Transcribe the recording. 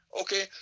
Okay